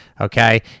Okay